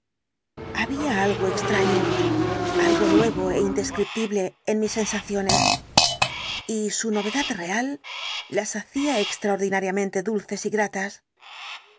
había algo extraño algo nuevo é indescriptible en mis sensaciones y su novedad real las hacía extraordinariamente dulces y gratas